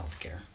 healthcare